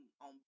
on